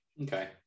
Okay